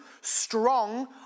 strong